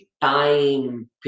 time